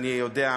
אני יודע,